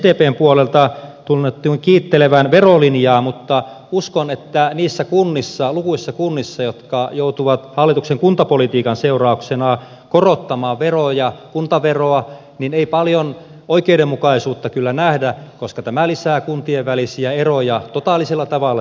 sdpn puolelta tunnuttiin kiittelevän verolinjaa mutta uskon että niissä kunnissa lukuisissa kunnissa jotka joutuvat hallituksen kuntapolitiikan seurauksena korottamaan kuntaveroa ei paljon oikeudenmukaisuutta kyllä nähdä koska tämä hallituksen epäoikeudenmukainen kuntapolitiikka lisää kuntien välisiä eroja totaalisella tavalla